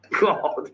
God